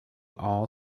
all